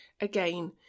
again